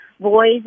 Boys